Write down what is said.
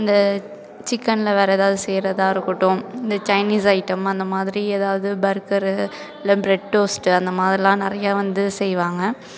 இந்த சிக்கனில் வேறு எதாவது செய்கிறதா இருக்கட்டும் இந்த சைனீஸ் ஐட்டம் அந்தமாதிரி ஏதாவது பர்கரு இல்லை ப்ரெட் டோஸ்ட்டு அந்த மாதிரிலாம் நிறையா வந்து செய்வாங்க